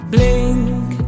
Blink